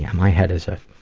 yeah my head is a.